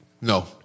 No